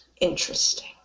Interesting